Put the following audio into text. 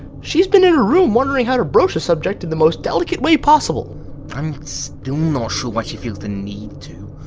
she's been in her room wondering how to broach the subject in the most delicate way possible. doctor i'm still not sure why she feels the need to.